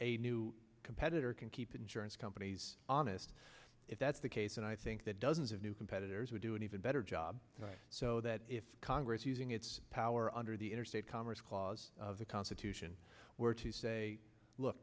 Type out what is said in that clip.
a new competitor can keep insurance companies honest if that's the case and i think that doesn't new competitors would do an even better job so that if congress using its power under the interstate commerce clause of the constitution were to say look